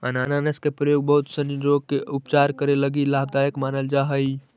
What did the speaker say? अनानास के प्रयोग बहुत सनी रोग के उपचार करे लगी लाभदायक मानल जा हई